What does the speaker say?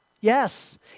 Yes